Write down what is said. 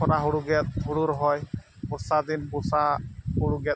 ᱠᱷᱚᱨᱟ ᱦᱩᱲᱩ ᱜᱮᱫ ᱦᱩᱲᱩ ᱨᱚᱦᱚᱭ ᱵᱚᱨᱥᱟ ᱫᱤᱱ ᱵᱚᱨᱥᱟ ᱦᱩᱲᱩ ᱜᱮᱫ